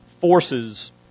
forces